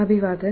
अभिवादन